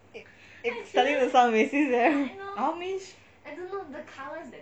it's it's starting to sound racist leh amish